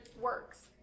works